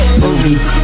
movies